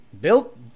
Built